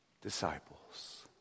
disciples